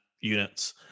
units